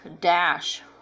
dash